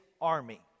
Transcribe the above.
army